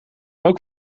ook